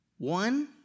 One